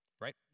Right